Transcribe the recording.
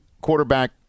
quarterback